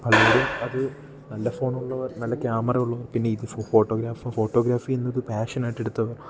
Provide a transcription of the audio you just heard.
അല്ലെങ്കിൽ അത് നല്ല ഫോണുള്ളവർ നല്ല ക്യാമറ ഉള്ളവർ പിന്നെ ഇത് ഫോട്ടോഗ്രാഫി ഫോട്ടോഗ്രാഫി എന്നത് പാഷനായിട്ട് എടുത്തവർ